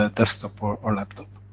ah desktop ah or laptop.